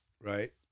Right